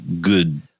good